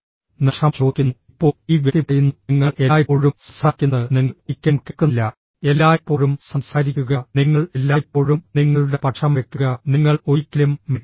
î ന് ക്ഷമ ചോദിക്കുന്നു ഇപ്പോൾ ഈ വ്യക്തി പറയുന്നുഃ നിങ്ങൾ എല്ലായ്പ്പോഴും സംസാരിക്കുന്നത് നിങ്ങൾ ഒരിക്കലും കേൾക്കുന്നില്ല എല്ലായ്പ്പോഴും സംസാരിക്കുക നിങ്ങൾ എല്ലായ്പ്പോഴും നിങ്ങളുടെ പക്ഷം വെക്കുക നിങ്ങൾ ഒരിക്കലും me